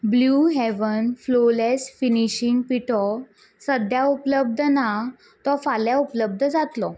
blue heaven flawless finishing पिठो सद्या उपलब्ध ना तो फाल्यां उपलब्ध जातलो